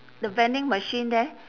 the vending machine there